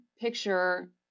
picture